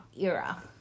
era